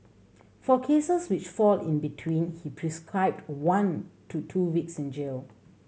for cases which fall in between he prescribed one to two weeks in jail